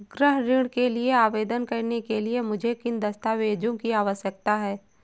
गृह ऋण के लिए आवेदन करने के लिए मुझे किन दस्तावेज़ों की आवश्यकता है?